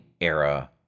era